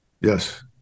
yes